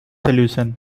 solution